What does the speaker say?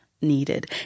needed